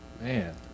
Man